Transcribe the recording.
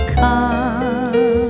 come